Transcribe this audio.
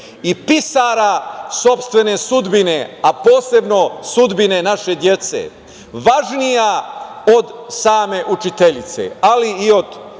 i pisara sopstvene sudbine, a posebno sudbine naše dece važnija od same učiteljice, ali i od takve učiteljice